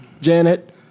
Janet